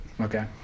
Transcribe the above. Okay